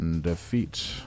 defeat